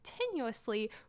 continuously